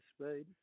speed